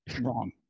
wrong